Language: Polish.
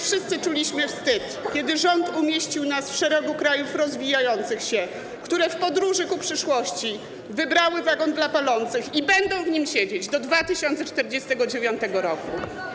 Wszyscy czuliśmy jakiś wstyd, kiedy rząd umieścił nas w szeregu krajów rozwijających się, które w podróży ku przyszłości wybrały wagon dla palących i będą w nim siedzieć do 2049 r.